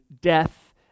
death